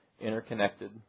interconnected